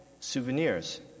souvenirs